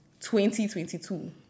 2022